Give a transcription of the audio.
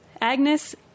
agnes